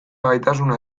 gaitasuna